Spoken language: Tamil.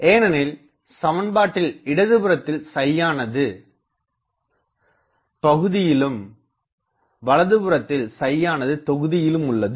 ஏனெனில் சமன்பாட்டில் இடதுபுறத்தில் ஆனது பகுதியிலும் வலப்புறத்தில் யானது தொகுதியிலும் உள்ளது